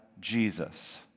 Jesus